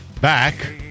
back